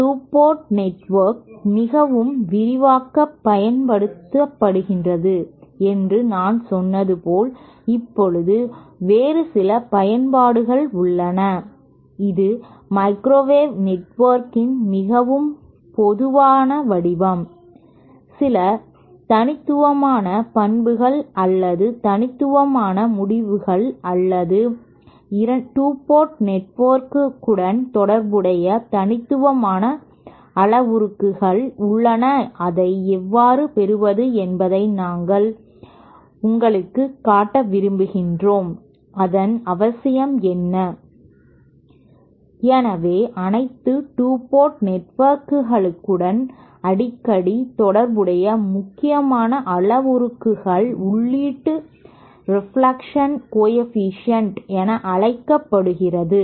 2 port network மிகவும் விரிவாகப் பயன்படுத்தப்படுகிறது என்று நான் சொன்னது போல் இப்போது வேறு சில பயன்பாடுகள் உள்ளன இது மைக்ரோவேவ் நெட்வொர்க்கின் மிகவும் பொதுவான வடிவம் சில தனித்துவமான பண்புகள் அல்லது தனித்துவமான முடிவுகள் அல்லது 2 போர்ட் நெட்வொர்க்குடன் தொடர்புடைய தனித்துவமான அளவுருக்கள் உள்ளன அதை எவ்வாறு பெறுவது என்பதை நான் உங்களுக்குக் காட்ட விரும்புகிறேன் அதன் அவசியம் என்ன எனவே அனைத்து 2 போர்ட் நெட்வொர்க்குகளுடனும் அடிக்கடி தொடர்புடைய முக்கியமான அளவுருவுக்கள் உள்ளீட்டு ரெப்லக்ஷன் கோஎஃபீஷியேன்ட் என அழைக்கப்படுகிறது